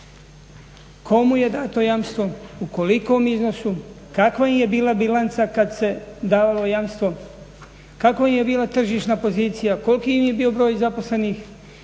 komu je dato jamstvo, u kolikom iznosu, kakva im je bila bilanca kad se davalo jamstvo, kakva im je bila tržišna pozicija, koliki im je bio broj zaposlenih